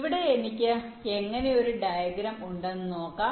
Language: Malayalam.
ഇവിടെ എനിക്ക് എങ്ങനെ ഒരു ഡയഗ്രം ഉണ്ടെന്ന് നോക്കാം